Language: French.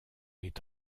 est